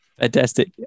fantastic